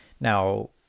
Now